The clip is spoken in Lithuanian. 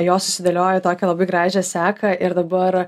jos susidėlioja į tokią labai gražią seką ir dabar